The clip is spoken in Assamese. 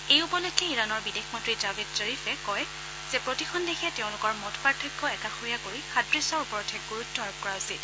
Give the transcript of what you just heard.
এই উপলক্ষে ইৰাণৰ বিদেশ মন্নী জাভেদ জৰীফে কয় যে প্ৰতিখন দেশে তেওঁলোকৰ মতপাৰ্থক্য একাষৰীয়া কৰি সাদশ্যৰ ওপৰতহে গুৰুত্ব আৰোপ কৰা উচিত